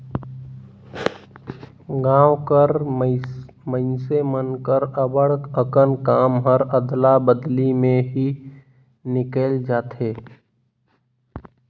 गाँव कर मइनसे मन कर अब्बड़ अकन काम हर अदला बदली में ही निकेल जाथे